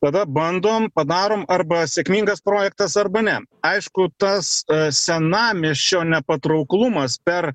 tada bandom padarom arba sėkmingas projektas arba ne aišku tas senamiesčio nepatrauklumas per